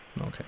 Okay